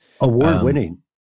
Award-winning